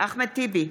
אחמד טיבי,